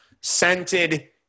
scented